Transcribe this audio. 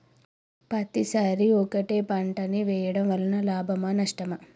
పత్తి సరి ఒకటే పంట ని వేయడం వలన లాభమా నష్టమా?